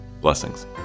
Blessings